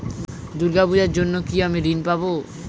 দূর্গা পূজার জন্য কি আমি ঋণ পাবো?